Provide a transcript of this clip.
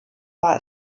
war